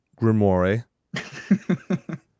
grimoire